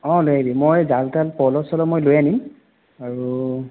অঁ লৈ আহিবি মই জাল তাল পল' চল' মই লৈ আনিম আৰু